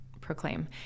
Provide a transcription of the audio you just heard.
Proclaim